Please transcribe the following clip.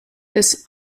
des